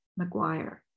McGuire